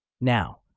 Now